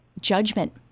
judgment